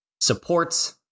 supports